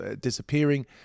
disappearing